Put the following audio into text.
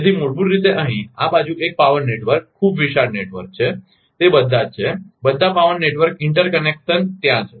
તેથી મૂળભૂત રીતે અહીં આ બાજુ એક પાવર નેટવર્ક ખૂબ વિશાળ નેટવર્ક તે બધા છે બધા પાવર નેટવર્ક ઇન્ટરકનેક્શન ત્યાં છે